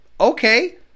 okay